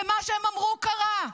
ומה שהם אמרו קרה.